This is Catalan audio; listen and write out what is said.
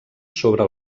sobre